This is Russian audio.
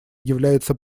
является